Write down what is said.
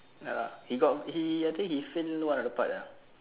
no lah he got he I think he fail one of the part ah